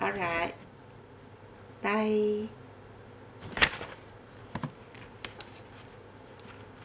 alright bye